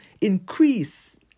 increase